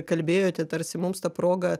kalbėjote tarsi mums tą progą